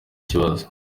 kibazo